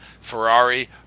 Ferrari